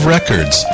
Records